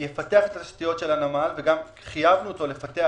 שיפתח את התשתיות של הנמל וגם חייבנו אותו לפתח